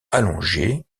allongée